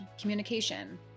communication